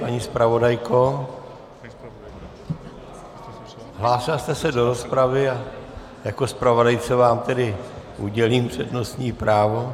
Paní zpravodajko, hlásila jste se do rozpravy a jako zpravodajce vám tedy udělím přednostní právo.